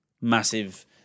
massive